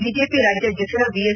BJP ರಾಜ್ಯಾಧ್ಯಕ್ಷ BS